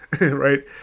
right